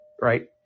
Right